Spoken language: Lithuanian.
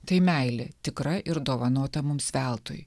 tai meilė tikra ir dovanota mums veltui